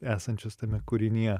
esančias tame kūrinyje